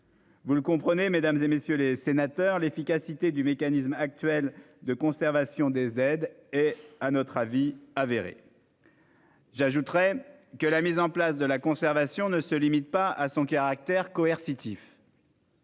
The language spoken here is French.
Vous le comprenez, mesdames, messieurs les sénateurs, l'efficacité du mécanisme actuel de conservation des aides est, à notre avis, avérée. J'ajouterai que la mise en place de la conservation ne se limite pas à son caractère coercitif